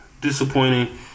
disappointing